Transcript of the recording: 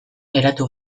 geratu